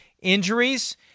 Injuries